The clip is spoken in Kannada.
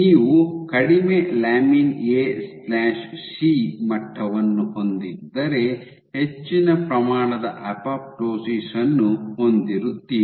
ನೀವು ಕಡಿಮೆ lamin A C lamin AC ಮಟ್ಟವನ್ನು ಹೊಂದಿದ್ದರೆ ಹೆಚ್ಚಿನ ಪ್ರಮಾಣದ ಅಪೊಪ್ಟೋಸಿಸ್ ಅನ್ನು ಹೊಂದಿರುತ್ತೀರಿ